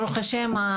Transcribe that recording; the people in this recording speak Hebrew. ברוך השם,